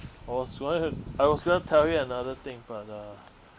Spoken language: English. I was going to I was going to tell you another thing but uh